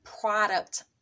product